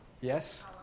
Yes